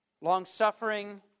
long-suffering